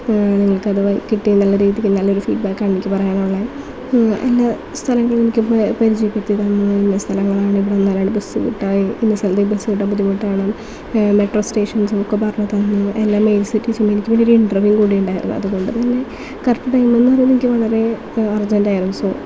ഞങ്ങൾക്കത് കിട്ടി നല്ല രീതിക്ക് നല്ലൊരു ഫീഡ്ബാക്ക് ആണ് എനിക്ക് പറയാനുള്ളത് എല്ലാ സ്ഥലങ്ങളും എനിക്ക് പരിചയപ്പെടുത്തിത്തന്നു ഇന്ന സ്ഥലങ്ങളാണ് ഇവിടെ നിന്നാലാണ് ബസ് കിട്ടുക ഇന്ന സ്ഥലത്ത് ബസ് കിട്ടാൻ ബുദ്ധിമുട്ടാണ് മെട്രോ സ്റ്റേഷൻസും ഒക്കെ പറഞ്ഞ് തന്നു എല്ലാ മെയിൻ സിറ്റീസും എനിക്ക് പിന്നൊരു ഇൻ്റർവ്യൂ കൂടി ഉണ്ടായിരുന്നു അതുകൊണ്ട് തന്നെ കറക്റ്റ് ടൈം എന്ന് പറയുന്നത് എനിക്ക് വളരെ അർജൻറ് ആയിരുന്നു സോ